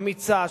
אמיצה,